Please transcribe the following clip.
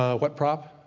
what prop